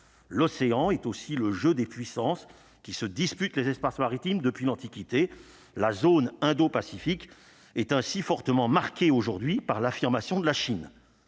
l'océan est aussi le jeu des puissances qui se disputent les espaces maritimes depuis l'Antiquité, la zone indo-Pacifique est ainsi fortement marquée aujourd'hui par l'affirmation de la Chine,